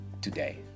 today